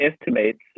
estimates